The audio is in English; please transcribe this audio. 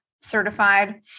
certified